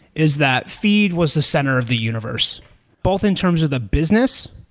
is that feed was the center of the universe both in terms of the business,